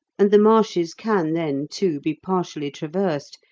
and the marshes can then, too, be partially traversed,